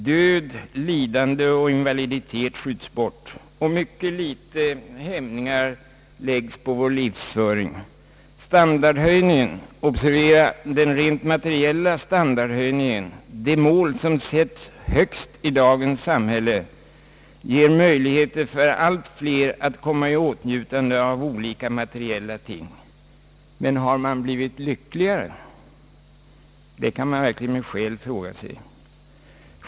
Död, lidande och invaliditet trängs bort, och mycket ringa hämningar läggs på vår livsföring. Standardhöjningen — observera den rent materiella, det mål som sätts högst i dagens samhälle — ger möjligheter åt allt fler att komma i åtnjutande av olika materiella ting. Men har man blivit lyckligare? Det kan man verkligen med skäl fråga sig.